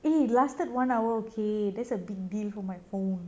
eh it lasted one hour okay thats a big deal for my phone